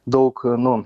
daug nu